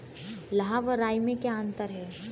लाह व राई में क्या अंतर है?